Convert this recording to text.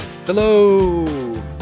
Hello